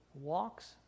walks